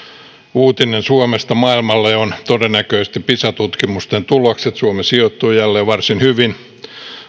uutinen suomesta maailmalle on todennäköisesti pisa tutkimusten tulokset suomi sijoittui jälleen varsin hyvin